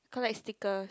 collect stickers